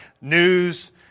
news